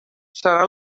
serà